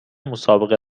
مسابقه